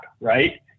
right